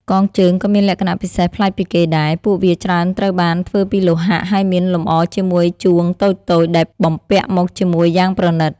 កងជើង ក៏មានលក្ខណៈពិសេសប្លែកពីគេដែរ។ ពួកវាច្រើនត្រូវបានធ្វើពីលោហៈ ហើយមានលម្អជាមួយ ជួងតូចៗ ដែលបំពាក់មកជាមួយយ៉ាងប្រណីត។